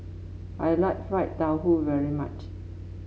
I like Fried Tofu very much